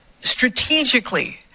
strategically